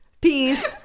Peace